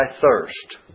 thirst